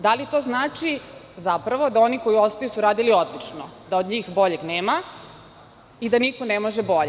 Da li to znači da oni koji ostaju su radili odlično, da od njih boljeg nema i da niko ne može bolje?